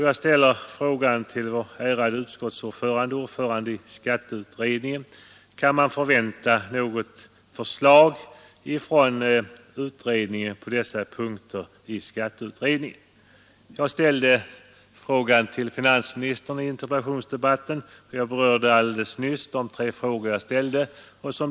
Jag ställer frågan till vår ärade utskottsordförande och ordförande i skatteutredningen: Kan man förvänta något förslag på dessa punkter från skatteutredningen i år? När finansministern nu åter kom in i kammaren vill jag upprepa de frågor jag ställde till finansministern i den interpellationsdebatt som jag nyss berörde.